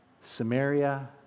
Samaria